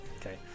okay